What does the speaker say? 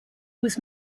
was